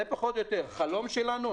החלום שלנו.